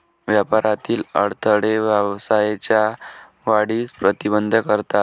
व्यापारातील अडथळे व्यवसायाच्या वाढीस प्रतिबंध करतात